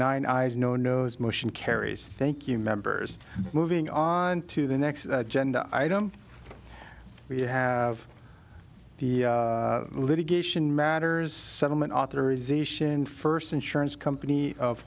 nine eyes no nos motion carries thank you members moving on to the next gen item we have the litigation matters settlement authorization first insurance company of